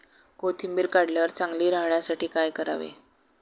कोथिंबीर काढल्यावर चांगली राहण्यासाठी काय करावे?